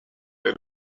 they